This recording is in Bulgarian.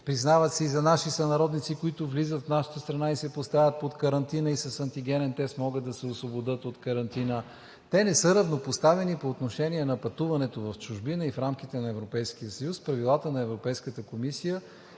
признават се и за наши сънародници, които влизат в нашата страна и се поставят под карантина, и с антигенен тест могат да се освободят от карантина. Те не са равнопоставени по отношение на пътуването в чужбина и в рамките на Европейския съюз. Правилата на Европейската комисия